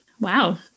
Wow